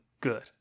Good